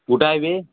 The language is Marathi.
कुठं आहे बे